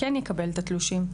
כן יקבל את התלושים.